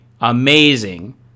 amazing